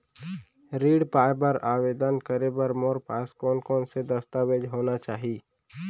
ऋण पाय बर आवेदन करे बर मोर पास कोन कोन से दस्तावेज होना चाही?